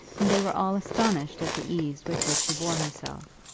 and they were all astonished at the ease with which he bore himself.